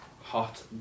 hot